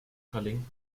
culling